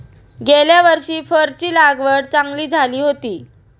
गेल्या वर्षी फरची चांगली लागवड झाली होती